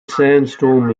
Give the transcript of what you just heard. sandstone